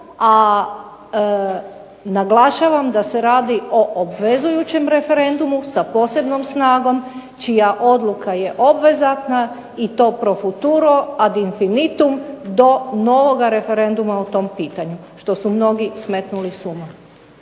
A naglašavam da se radi o obvezujućem referendumu, sa posebnom snagom, čija odluka je obvezatna i to profuturo ad infinitum do novoga referenduma o tom pitanju, što su mnogi smetnuli s uma.